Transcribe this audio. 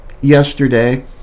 yesterday